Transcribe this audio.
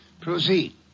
Proceed